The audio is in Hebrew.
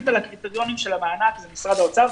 על הקריטריונים של המענק זה משרד האוצר,